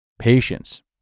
patience